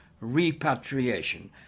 repatriation